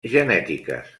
genètiques